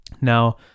Now